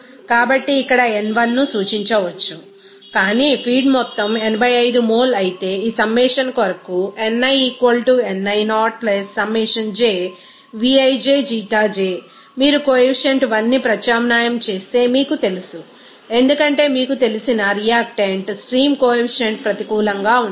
కాబట్టి ఇక్కడ n1 ను సూచించవచ్చు కాని ఫీడ్ మొత్తం 85 మోల్ అయితే ఈ సమ్మషన్ కొరకు మీరు కొఎఫిసియంట్ 1 ని ప్రత్యామ్నాయం చేస్తే మీకు తెలుసు ఎందుకంటే మీకు తెలిసిన రియాక్టెంట్ స్ట్రీమ్ కొఎఫిసియంట్ ప్రతికూలంగా ఉంటుంది